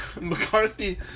McCarthy